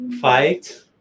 fight